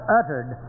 uttered